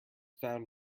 found